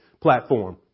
platform